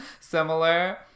similar